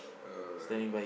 alright